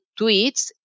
tweets